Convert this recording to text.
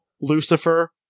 Lucifer